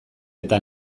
eta